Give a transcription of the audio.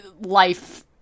life